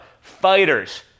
Fighters